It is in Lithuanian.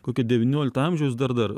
kokią devyniolikto amžiaus dar dar